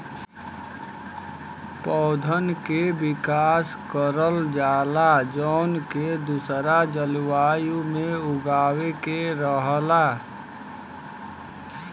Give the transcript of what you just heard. पौधन के विकास करल जाला जौन के दूसरा जलवायु में उगावे के रहला